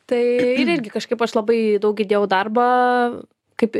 tai ir irgi kažkaip aš labai daug įdėjau darbą kaip